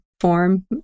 form